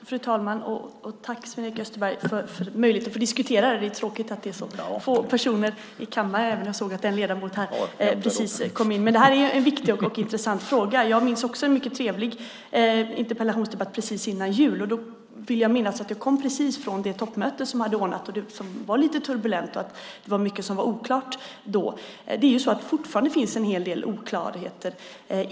Fru talman! Tack, Sven-Erik Österberg, för möjligheten att få diskutera frågan! Det är tråkigt att det är så få personer i kammaren, även om jag såg att en ledamot precis kom in. Det här är en viktig och intressant fråga. Jag minns också en mycket trevlig interpellationsdebatt precis före jul. Jag vill minnas att jag kom precis från det toppmöte som hade ordnats och som var lite turbulent. Det var mycket som var oklart då. Det finns fortfarande en hel del oklarheter.